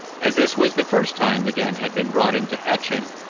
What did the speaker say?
as this was the first time the gun had been brought into action,